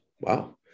wow